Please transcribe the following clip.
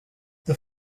the